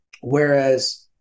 whereas